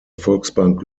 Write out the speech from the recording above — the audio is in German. volksbank